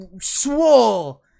swole